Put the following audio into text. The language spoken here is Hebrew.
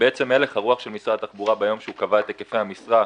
ובעצם הלך הרוח של משרד התחבורה ביום שהוא קבע את היקפי המשרד